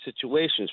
situations